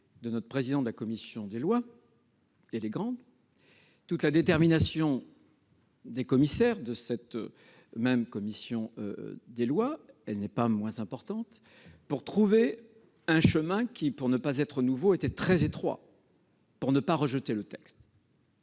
de notre président de la commission des lois- elle est grande -, toute la détermination des membres de cette même commission des lois- elle n'est pas moins grande -pour trouver un chemin qui, pour ne pas être nouveau, était très étroit, nous permettant de ne pas rejeter le texte.